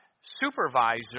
supervisor